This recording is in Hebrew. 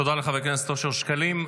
תודה לחבר הכנסת אושר שקלים.